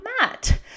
Matt